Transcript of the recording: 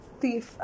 thief